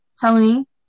Tony